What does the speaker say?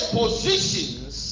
positions